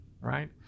Right